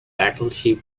battleship